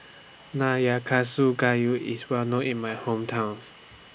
Nayakusa Gayu IS Well known in My Hometown